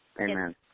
Amen